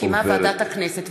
מקימה ועדת הכנסת,